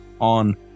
on